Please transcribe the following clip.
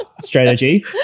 strategy